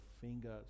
fingers